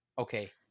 okay